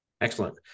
Excellent